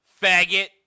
faggot